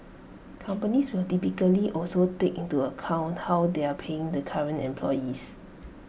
companies will typically also take into account how they are paying the current employees